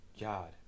God